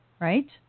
right